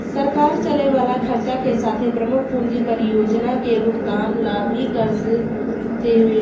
सरकार चले वाला खर्चा के साथे प्रमुख पूंजी परियोजना के भुगतान ला भी कर्ज देवेले